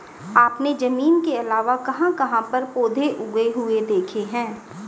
आपने जमीन के अलावा कहाँ कहाँ पर पौधे उगे हुए देखे हैं?